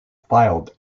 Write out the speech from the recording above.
filed